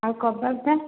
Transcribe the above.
ଆଉ କବାବଟା